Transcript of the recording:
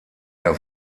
der